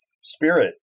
spirit